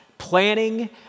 Planning